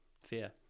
fear